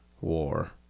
war